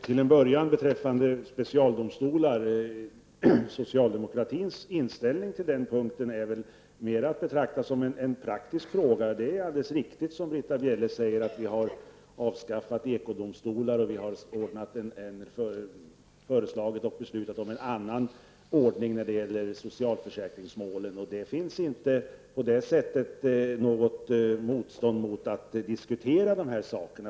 Fru talman! Socialdemokratins ställningstagande till specialdomstolar är mer att betrakta som ett praktiskt ställningstagande. Det är riktigt som Britta Bjelle säger att vi har avskaffat ekodomstolarna och fattat beslut om en annan ordning när det gäller socialförsäkringsmål. Vi känner inte alls något motstånd mot att diskutera dessa frågor.